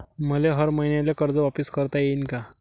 मले हर मईन्याले कर्ज वापिस करता येईन का?